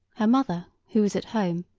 her mother, who was at home,